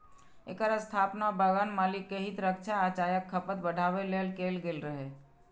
एकर स्थापना बगान मालिक के हित रक्षा आ चायक खपत बढ़ाबै लेल कैल गेल रहै